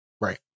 right